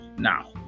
Now